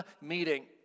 meeting